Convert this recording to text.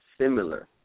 similar